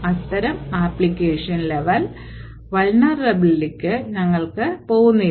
അത്തരം application level vulnerabilityലേക്ക് ഞങ്ങൾ പോകുന്നില്ല